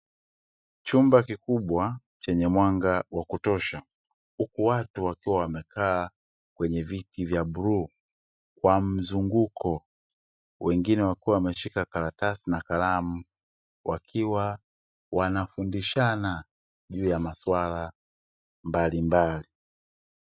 Chumba kikubwa chenye mwanga wa kutosha huku watu wakiwa wamekaa kwenye viti vya bluu kwa mzunguko. Wengine wakiwa wameshika karatasi na kalamu wakiwa wanafundishana juu ya maswala mbali mbali.